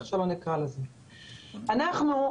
אנחנו,